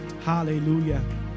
Hallelujah